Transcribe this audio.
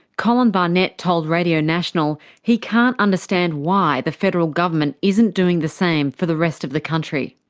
colin barnett told radio national he can't understand why the federal government isn't doing the same for the rest of the country.